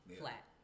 flat